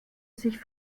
sich